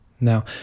Now